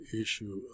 issue